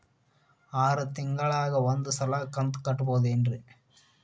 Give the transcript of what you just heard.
ಆರ ತಿಂಗಳಿಗ ಒಂದ್ ಸಲ ಕಂತ ಕಟ್ಟಬಹುದೇನ್ರಿ?